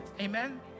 Amen